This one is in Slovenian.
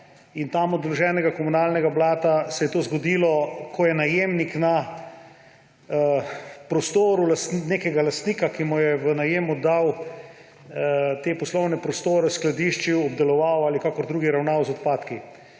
in tam odloženega komunalnega blata se je to zgodilo – je najemnik na prostoru nekega lastnika, ki mu je v najem oddal te poslovne prostore, skladiščil, obdeloval ali kakorkoli drugače ravnal z odpadki.